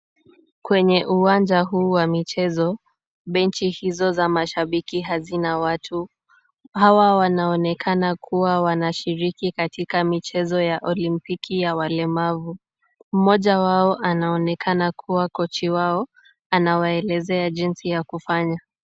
Kwenye uwanja huu wa michezo, benchi hizo za mashabiki hazina watu. Hawa wanaonekana kuwa wanashiriki katika michezo ya olimpiki ya walemavu. Mmoja wao anaonekana kuwa kochi wao, anawaelezea jinsi ya kufanya.